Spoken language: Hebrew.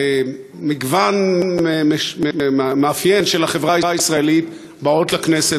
מגוון מאפיין של החברה הישראלית באות לכנסת,